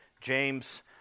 James